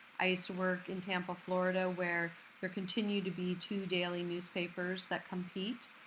i used to work in tampa, florida where there continued to be two daily newspapers that compete.